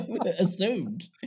assumed